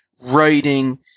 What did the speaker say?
writing